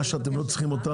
הבעיה שאתם לא צריכים,